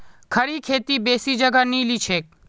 खड़ी खेती बेसी जगह नी लिछेक